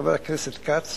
חבר הכנסת כץ